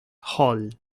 hall